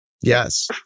Yes